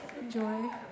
enjoy